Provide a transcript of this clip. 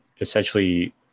essentially